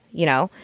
you know,